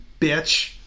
bitch